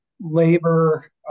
Labor